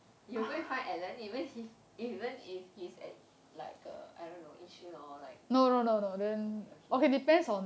you'll go and find alan even if even if he's at like uh I don't know yishun or like okay